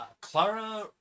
Clara